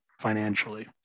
financially